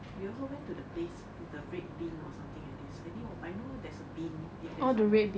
we also went to the place with the red bean or something like this I know I know there is a bean in there somewhere